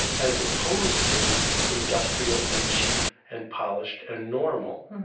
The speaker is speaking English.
as opposed to industrial and cheap and polished and normal.